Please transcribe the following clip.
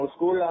School